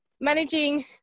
managing